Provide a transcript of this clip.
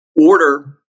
order